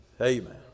Amen